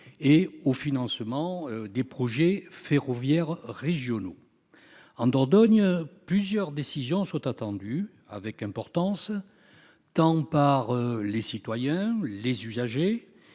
et au financement des projets ferroviaires régionaux. En Dordogne, plusieurs décisions sont attendues avec impatience tant par les citoyens et les usagers